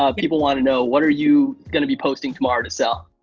um people wanna know, what are you gonna be posting tomorrow to sell?